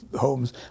homes